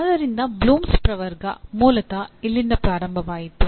ಆದ್ದರಿಂದ ಬ್ಲೂಮ್ಸ್ ಪ್ರವರ್ಗ ಮೂಲತಃ ಇಲ್ಲಿಂದ ಪ್ರಾರಂಭವಾಯಿತು